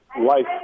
life